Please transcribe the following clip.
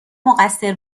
مقصر